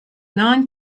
non